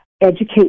educate